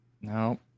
no